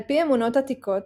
על פי אמונות עתיקות,